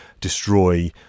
destroy